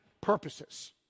purposes